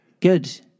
Good